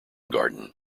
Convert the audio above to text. garden